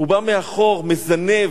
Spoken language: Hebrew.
הוא בא מאחור, מזנֵב.